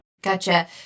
Gotcha